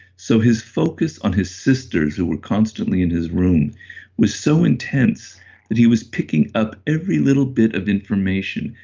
so his focus on his sisters who were constantly in his room were so intense that he was picking up every little bit of information.